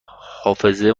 حافظه